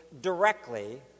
directly